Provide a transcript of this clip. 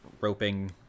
roping